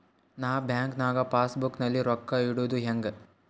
ನಾ ಬ್ಯಾಂಕ್ ನಾಗ passbook ನಲ್ಲಿ ರೊಕ್ಕ ಇಡುದು ಹ್ಯಾಂಗ್?